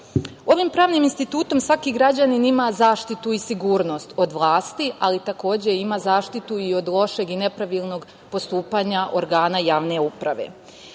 pravnim institutom svaki građanin ima zaštitu i sigurnost od vlasti, ali takođe ima zaštitu i od lošeg i nepravilnog postupanja organa javne uprave. Složiću